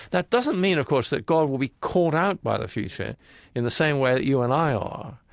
that doesn't mean, of course that god will be caught out by the future in the same way that you and i are.